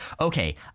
okay